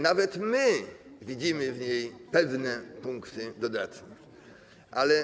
Nawet my widzimy w niej pewne punkty dodatnie.